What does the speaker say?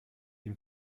ihm